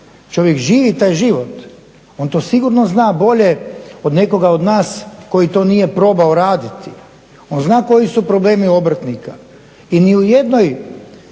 čovjek živi taj život. On to sigurno zna bolje od nekoga od nas koji to nije probao raditi, on zna koji su problemi obrtnika i ni u jednom